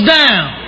down